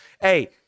hey